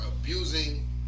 abusing